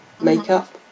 makeup